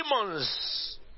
demons